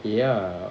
ya